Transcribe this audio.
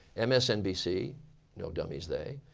msnbc, no dummies they,